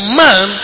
man